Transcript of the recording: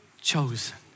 chosen